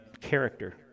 character